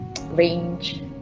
range